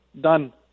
Done